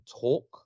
talk